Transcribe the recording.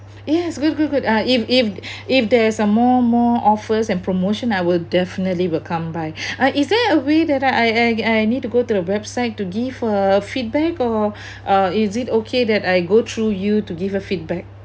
yes good good good uh if if if there's a more more offers and promotion I will definitely will come by I is there a way that I I I need to go to the website to give a feedback or or is it okay that I go through you to give a feedback